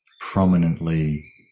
prominently